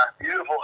beautiful